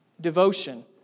Devotion